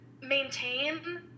maintain